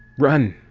run,